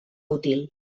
útil